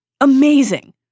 Amazing